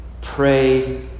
Pray